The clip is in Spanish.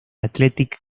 athletic